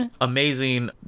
amazing